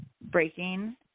breaking